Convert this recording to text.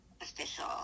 official